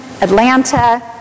Atlanta